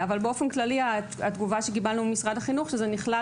אבל באופן כללי התגובה שקיבלנו ממשרד החינוך היא שזה נכלל